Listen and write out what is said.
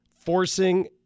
forcing